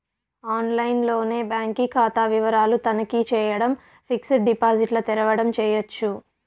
ఆన్లైన్లోనే బాంకీ కాతా వివరాలు తనఖీ చేయడం, ఫిక్సిడ్ డిపాజిట్ల తెరవడం చేయచ్చు